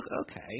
okay